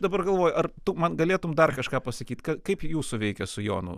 dabar galvoju ar tu man galėtum dar kažką pasakyt ką kaip jūsų veikia su jonu